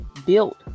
built